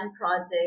project